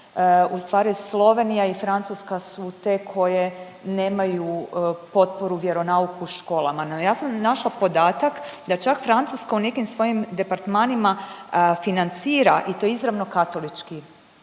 EU ustvari Slovenija i Francuska su te koje nemaju potporu vjeronauk u školama, no ja sam našla podatak da čak Francuska u nekim svojim departmanima financira i to izravno katolički